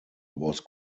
was